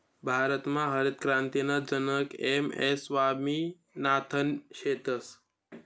भारतमा हरितक्रांतीना जनक एम.एस स्वामिनाथन शेतस